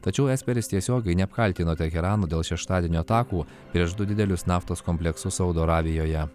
tačiau esperis tiesiogiai neapkaltino teherano dėl šeštadienio atakų prieš du didelius naftos kompleksus saudo arabijoje